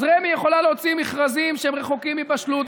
אז רמ"י יכולה להוציא מכרזים שהם רחוקים מבשלות,